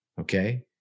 okay